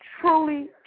truly